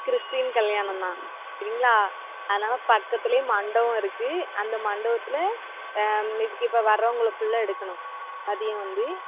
Christian கல்யாணம் தான் சரிங்களா அதனால பக்கத்திலே மண்டபம் இருக்குது அந்த மண்டபத்தில் இப் இப்போ வரவங்களை ஃபுல்லாக எடுக்கணும் மதியம் வந்து